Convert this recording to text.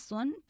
one